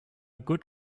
good